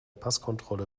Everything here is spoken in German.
passkontrolle